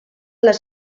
les